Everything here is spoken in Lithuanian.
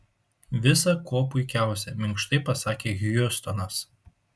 visa kuo puikiausia minkštai pasakė hjustonas